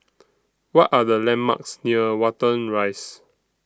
What Are The landmarks near Watten Rise